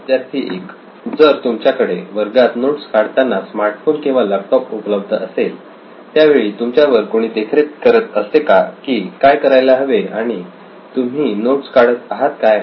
विद्यार्थी 1 जर तुमच्याकडे वर्गात नोट्स काढताना स्मार्ट फोन किंवा लॅपटॉप उपलब्ध असेल त्यावेळी तुमच्यावर कोणी देखरेख करत असते का की काय करायला हवे आणि तुम्ही नोट्स काढत आहात काय